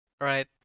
right